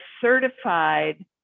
certified